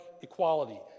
equality